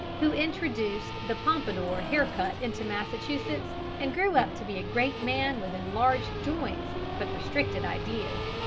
who introduced the pompadour hair-cut into massachusetts and grew up to be a great man with enlarged joints but restricted ideas.